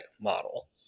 model